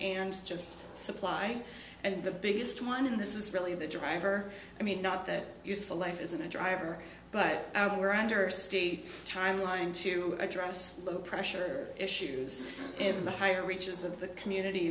and just supply and the biggest one in this is really the driver i mean not that useful life is in the driver but we're under a state timeline to address the pressure issues in the higher reaches of the community